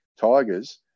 Tigers